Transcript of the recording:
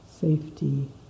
safety